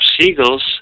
Seagulls